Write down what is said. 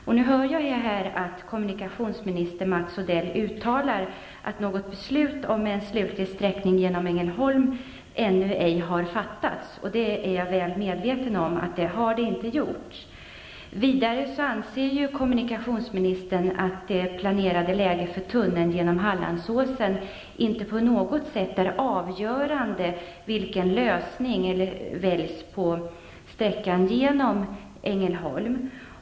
Jag hör nu att kommunikationsminister Mats Odell uttalar att något beslut om en slutlig sträckning genom Ängelholm ännu inte har fattats. Jag är väl medveten om att man inte har gjort det. Vidare anser kommunikationsministern att det planerade läget för tunneln genom Hallandsåsen inte på något sätt är avgörande för vilken lösning som väljs för sträckan genom Ängelholm.